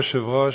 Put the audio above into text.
כבוד היושב-ראש,